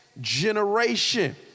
generation